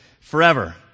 forever